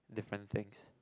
different things